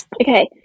Okay